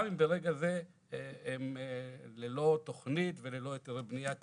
גם אם ברגע זה הם ללא תוכנית ולא היתרי הבנייה כמתחייב.